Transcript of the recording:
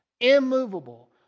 immovable